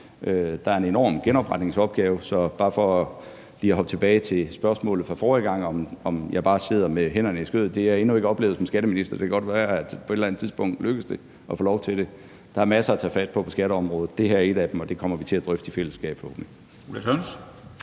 Der er en enorm genopretningsopgave. Så bare lige for at hoppe tilbage til spørgsmålet fra forrige omgang, om jeg bare sidder med hænderne i skødet, vil jeg sige, at det har jeg endnu ikke oplevet som skatteminister. Det kan godt være, at det på et eller andet tidspunkt lykkes at få lov til det. Der er masser at tage fat på på skatteområdet. Det her er noget af det, og det kommer vi til at drøfte i fællesskab, forhåbentlig.